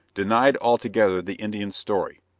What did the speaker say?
denied altogether the indian's story.